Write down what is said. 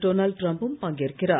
Donald Trump பும் பங்கேற்கிறார்